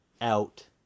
out